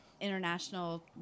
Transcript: international